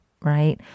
right